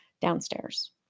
downstairs